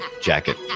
jacket